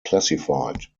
classified